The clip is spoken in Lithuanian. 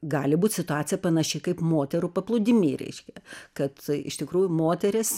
gali būt situacija panaši kaip moterų paplūdimy reiškia kad iš tikrųjų moteris